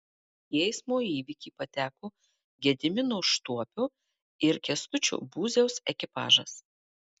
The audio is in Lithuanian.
į eismo įvykį pateko gedimino štuopio ir kęstučio būziaus ekipažas